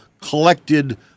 collected